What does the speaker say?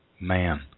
Man